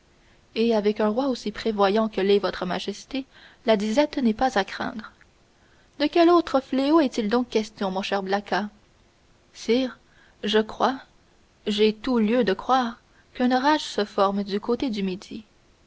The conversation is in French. et avec un roi aussi prévoyant que l'est votre majesté la disette n'est pas à craindre de quel autre fléau est-il donc question mon cher blacas sire je crois j'ai tout lieu de croire qu'un orage se forme du côté du midi